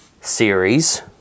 series